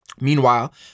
Meanwhile